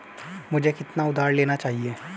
मुझे कितना उधार लेना चाहिए?